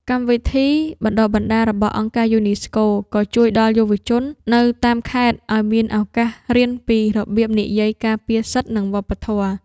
កម្មវិធីបណ្ដុះបណ្ដាលរបស់អង្គការយូនីស្កូ ក៏ជួយដល់យុវជននៅតាមខេត្តឱ្យមានឱកាសរៀនពីរបៀបនិយាយការពារសិទ្ធិ និងវប្បធម៌។